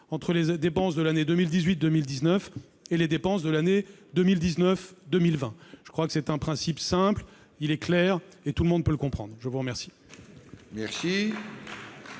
entre les dépenses de l'année 2018-2019 et les dépenses de l'année 2019-2020. C'est un principe simple, clair et tout le monde peut le comprendre. La parole